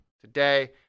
today